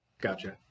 Gotcha